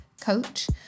coach